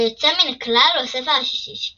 היוצא מן הכלל הוא הספר השישי,